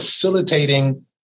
facilitating